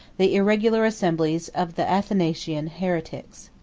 the irregular assemblies of the athanasian heretics.